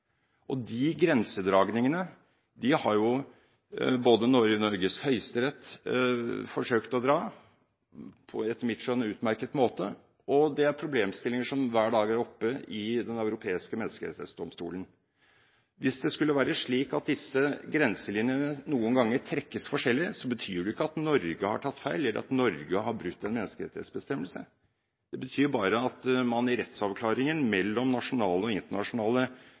personvern. De grenselinjene har Norges Høyesterett forsøkt å trekke på en etter mitt skjønn utmerket måte, og dette er problemstillinger som hver dag er oppe i Den europeiske menneskerettighetsdomstolen. Hvis disse grenselinjene noen ganger trekkes forskjellig, betyr ikke det at Norge har tatt feil, eller at Norge har brutt en menneskerettighetsbestemmelse. Det betyr bare at man i rettsavklaringen mellom nasjonale og internasjonale